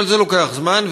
אבל זה לוקח זמן,